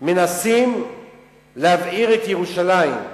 מנסים להבעיר את ירושלים.